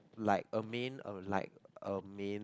like a main or like a main